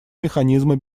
механизма